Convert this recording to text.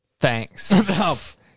Thanks